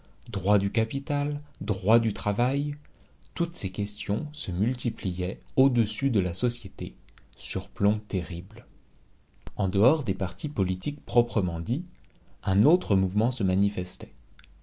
droit du capital droit du travail toutes ces questions se multipliaient au-dessus de la société surplomb terrible en dehors des partis politiques proprement dits un autre mouvement se manifestait